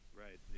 Right